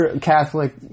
Catholic